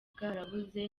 bwarabuze